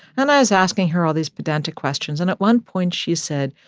and i was asking her all these pedantic questions, and at one point, she said,